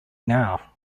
now